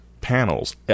panels